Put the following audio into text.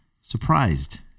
surprised